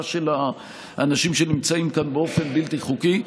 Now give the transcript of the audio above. של האנשים שנמצאים כאן באופן בלתי חוקי.